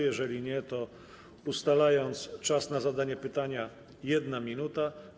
Jeżeli nie, to ustalam czas na zadanie pytania - 1 minuta.